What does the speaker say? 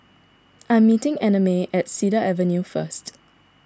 I am meeting Annamae at Cedar Avenue first